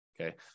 okay